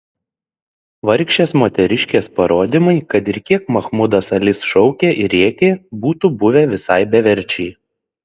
vargšės moteriškės parodymai kad ir kiek mahmudas alis šaukė ir rėkė būtų buvę visai beverčiai